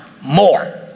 more